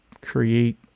create